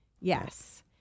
Yes